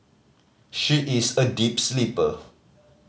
she is a deep sleeper